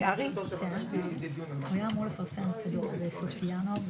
אנחנו מחויבים לכם ביממה הקרובה.